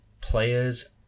players